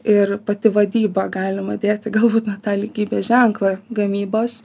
ir pati vadyba galima dėti galbūt net tą lygybės ženklą gamybos